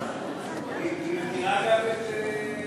היא מדירה גם את,